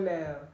now